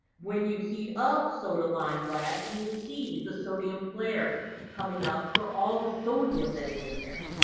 when you heat up soda lime glass you will see the sodium flare coming up for all the sodium that is in there.